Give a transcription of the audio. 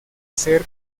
ser